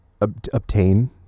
obtain